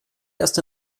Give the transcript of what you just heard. erst